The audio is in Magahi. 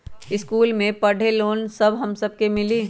इश्कुल मे पढे ले लोन हम सब के मिली?